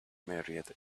married